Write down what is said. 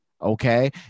Okay